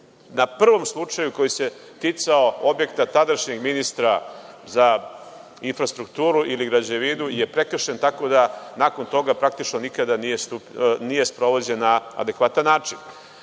na prvom slučaju koji se ticao objekta tadašnjem ministra za infrastrukturu i građevinu je prekršen, tako da nakon toga praktično nije sprovođen na adekvatan način. Pre